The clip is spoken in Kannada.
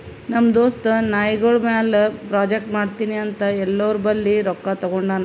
ನಮ್ ದೋಸ್ತ ನಾಯ್ಗೊಳ್ ಮ್ಯಾಲ ಪ್ರಾಜೆಕ್ಟ್ ಮಾಡ್ತೀನಿ ಅಂತ್ ಎಲ್ಲೋರ್ ಬಲ್ಲಿ ರೊಕ್ಕಾ ತಗೊಂಡಾನ್